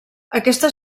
aquesta